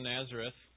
Nazareth